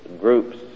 groups